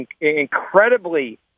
incredibly